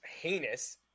heinous